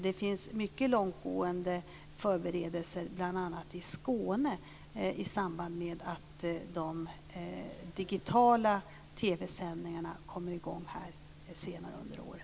Det finns mycket långtgående förberedelser bl.a. i Skåne i samband med att de digitala TV-sändningarna kommer i gång där senare under året.